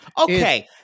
okay